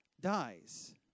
dies